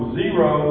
zero